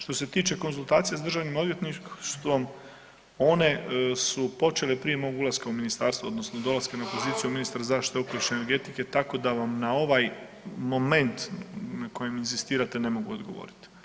Što se tiče konzultacija s DORH-om, one su počele prije mog ulaska u ministarstvo, odnosno dolaska na poziciju ministra zaštite okoliša i energetike, tako da vam na ovaj moment na kojem inzistirate, ne mogu odgovoriti.